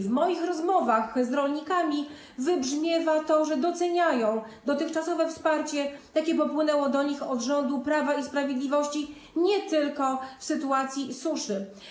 W moich rozmowach z rolnikami wybrzmiewa to, że doceniają dotychczasowe wsparcie, jakie popłynęło do nich od rządu Prawa i Sprawiedliwości, nie tylko w sytuacji suszy.